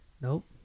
Nope